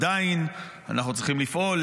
עדיין אנחנו צריכים לפעול,